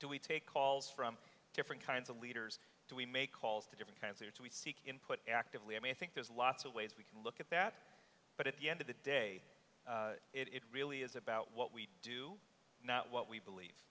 do we take calls from different kinds of leaders do we make calls to different kinds of input actively i mean i think there's lots of ways we can look at that but at the end of the day it really is about what we do not what we believe